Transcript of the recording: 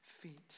feet